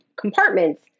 compartments